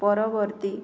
পরবর্তী